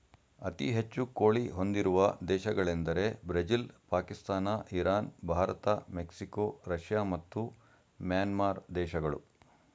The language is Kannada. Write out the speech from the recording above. ಅತಿ ಹೆಚ್ಚು ಕೋಳಿ ಹೊಂದಿರುವ ದೇಶಗಳೆಂದರೆ Brazil Pakistan Iran Bharat Mexico Russia ಮತ್ತು ಮ್ಯಾನ್ಮಾರ್ ದೇಶಗಳು